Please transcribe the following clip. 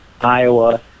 Iowa